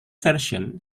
version